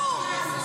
ברור.